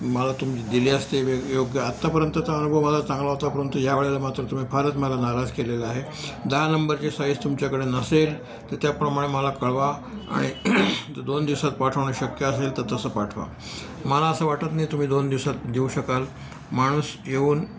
मला तुम दिले असते वेग योग्य आत्तापर्यंतचा अनुभव माझा चांगला होता परंतु यावेळेला मात्र तुम्ही फारच मला नाराज केलेला आहे दहा नंबरचे साईज तुमच्याकडे नसेल तर त्याप्रमाणे मला कळवा आणि तर दोन दिवसात पाठवणं शक्य असेल तर तसं पाठवा मला असं वाटत नाही तुम्ही दोन दिवसात देऊ शकाल माणूस येऊन